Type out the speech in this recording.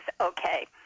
okay